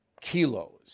kilos